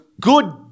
good